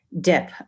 dip